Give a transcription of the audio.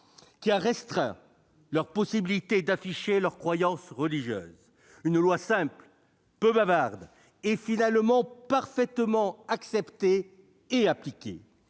qui a restreint leur possibilité d'afficher leurs croyances religieuses- une loi simple, peu bavarde et finalement parfaitement acceptée et appliquée.